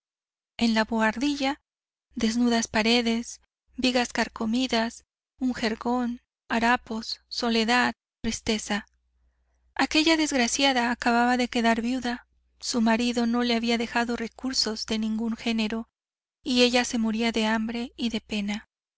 en la boardilla desnudas paredes vigas carcomidas un jergón harapos soledad tristeza aquella desgraciada acababa de quedar viuda su marido no le había dejado recursos de ningún género y ella se moría de hambre y de pena